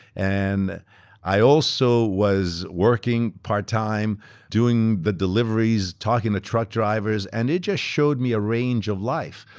and i also was working part-time doing the deliveries, talking to truck drivers, and it just showed me a range of life,